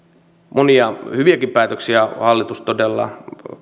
monia hyviäkin päätöksiä hallitus todella